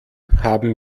haben